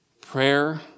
Prayer